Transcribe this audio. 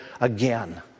again